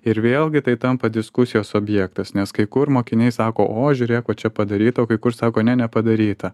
ir vėlgi tai tampa diskusijos objektas nes kai kur mokiniai sako o žiūrėk čia padaryta o kai kur sako ne nepadaryta